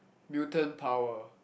mutant power